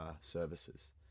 services